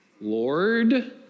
Lord